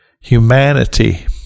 humanity